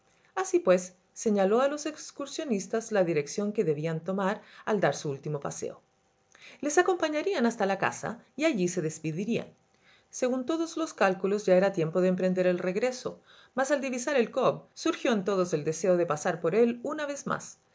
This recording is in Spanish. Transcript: así pues señaló a los excursionistas la dirección que debían tomar al dar su último paseo les acompañarían hasta la casa y allí se despedirían según todos los cálculos ya era tiempo de emprender el regreso mas al divisar el cobb surgió en todos el deseo de pasar por él una vez más